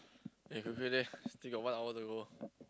eh quickly leh still got one hour to go